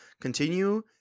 continue